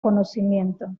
conocimiento